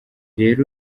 rero